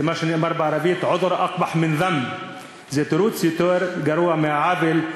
על זה נאמר בערבית (אומר בערבית: תירוץ גרוע מהעוול).